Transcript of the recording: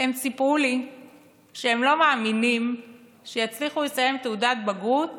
הם סיפרו לי שהם לא מאמינים שיצליחו לסיים עם תעודת בגרות